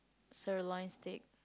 sirloin steak